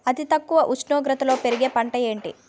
అతి తక్కువ ఉష్ణోగ్రతలో పెరిగే పంటలు ఏంటి?